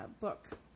book